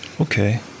Okay